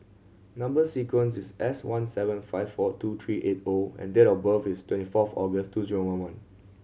number sequence is S one seven five four two three eight O and date of birth is twenty fourth August two zero one one